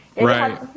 Right